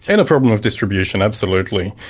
and a problem of distribution, absolutely.